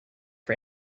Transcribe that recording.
for